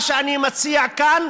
מה שאני מציע כאן